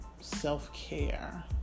self-care